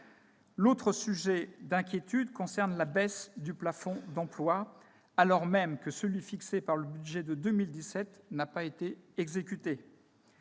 autre sujet d'inquiétude : la baisse du plafond d'emploi, alors même que celui fixé par le budget pour 2017 n'a pas été exécuté.